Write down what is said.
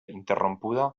interrompuda